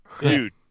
Dude